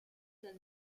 dal